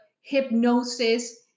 hypnosis